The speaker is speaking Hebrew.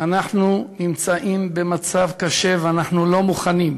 אנחנו נמצאים במצב קשה ואנחנו לא מוכנים.